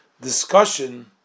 discussion